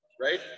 right